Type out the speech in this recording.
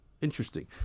Interesting